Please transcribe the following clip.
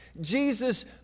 Jesus